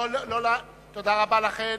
תודה רבה לכן.